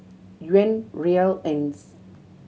Yuan Riyal and